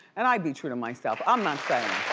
and i'd be true to myself, i'm not saying.